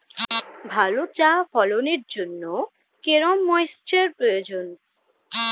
ভালো চা ফলনের জন্য কেরম ময়স্চার প্রয়োজন?